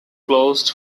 closed